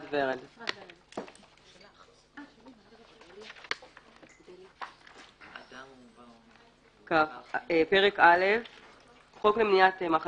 1. בחוק זה,